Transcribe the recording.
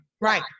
Right